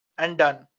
and done.